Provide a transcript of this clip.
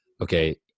okay